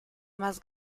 más